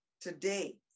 Today